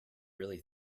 really